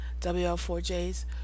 wl4j's